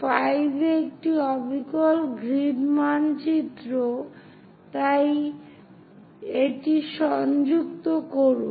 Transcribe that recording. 5 এ এটি অবিকল গ্রিড মানচিত্র তাই এটি সংযুক্ত করুন